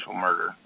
murder